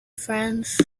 friends